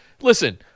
Listen